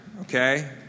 Okay